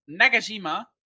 Nagajima